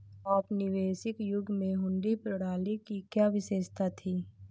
औपनिवेशिक युग में हुंडी प्रणाली की क्या विशेषता थी?